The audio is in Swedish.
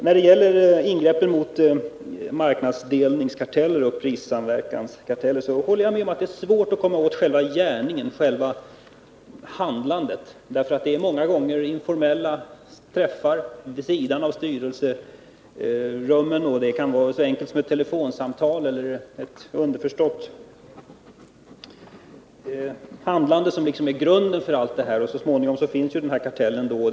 När det gäller ingreppen mot marknadsdelningskarteller och prissamverkanskarteller håller jag med om att det är svårt att komma åt själva gärningen, själva handlandet. Många gånger är det ju bara informella träffar, utanför styrelserummen. Ett telefonsamtal eller ett underförstått handlande kan helt enkelt vara grunden för allt det här. Så småningom är kartellen ett faktum.